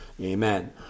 amen